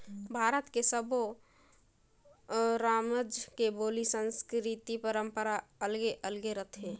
भारत के सब्बो रामज के बोली, संस्कृति, परंपरा अलगे अलगे रथे